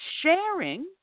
sharing